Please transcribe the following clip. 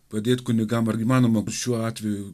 padėt kunigam ar įmanoma šiuo atveju